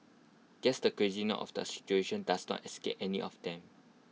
guess the craziness of the situation does not escape any of them